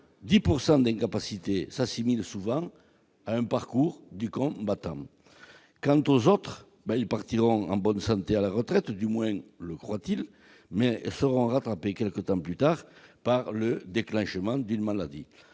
taux d'incapacité de 10 % s'assimile souvent à un parcours du combattant. Quant aux autres, elles partiront en bonne santé à la retraite- du moins le croient-elles -, mais elles seront rattrapées quelque temps plus tard par le déclenchement d'une maladie.